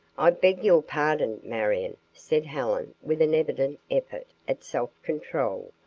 i beg your pardon, marion, said helen with an evident effort at self-control.